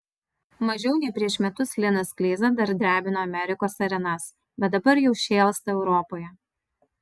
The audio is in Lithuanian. mažiau nei prieš metus linas kleiza dar drebino amerikos arenas bet dabar jau šėlsta europoje